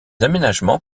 aménagements